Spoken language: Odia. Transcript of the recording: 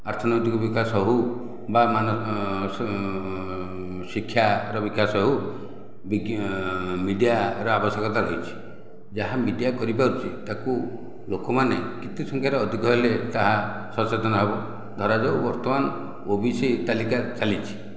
ଅର୍ଥନୈତିକ ବିକାଶ ହେଉ ବା ମାନ ଶିକ୍ଷା ର ବିକାଶ ହେଉ ବିଜ୍ଞ ବିଦ୍ୟା ର ଆବଶ୍ୟକତା ରହିଛି ଯାହା ମିଡ଼ିଆ କରିପାରୁଛି ତାକୁ ଲୋକମାନେ କେତେ ସଂଖ୍ୟାରେ ଅଧିକ ହେଲେ ତାହା ସଚେତନ ହେବ ଧରାଯାଉ ବର୍ତ୍ତମାନ ଓବିସି ତାଲିକା ଚାଲିଛି